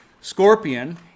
scorpion